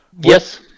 Yes